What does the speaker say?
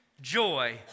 joy